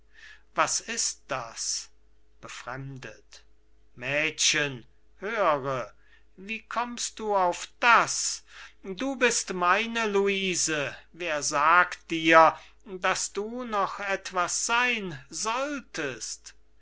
was ist das befremdet mädchen höre wie kommst du auf das du bist meine luise wer sagt dir daß du noch etwas sein solltest